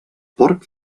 porc